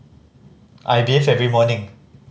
I bathe every morning